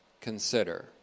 consider